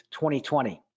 2020